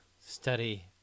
study